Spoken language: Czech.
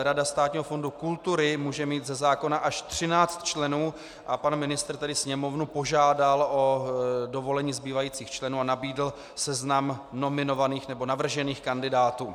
Rada Státního fondu kultury může mít ze zákona až 13 členů a pan ministr Sněmovnu požádal o dovolení zbývajících členů a nabídl seznam navržených kandidátů.